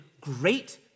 great